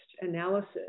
analysis